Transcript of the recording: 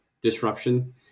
disruption